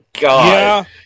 God